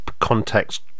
context